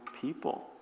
people